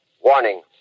Warning